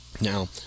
Now